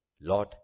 Lord